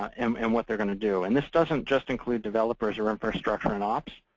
um um and what they're going to do. and this doesn't just include developers or infrastructure and ops.